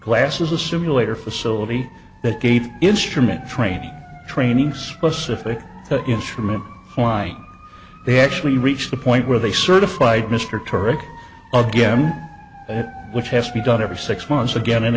glasses a simulator facility that gate instrument training training specific instrument flying they actually reach the point where they certified mr torek again which has to be done every six months again and